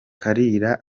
kalira